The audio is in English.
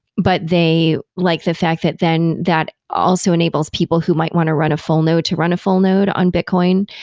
but they like the fact that then that also enables people who might want to run a full node to run a full node on bitcoin.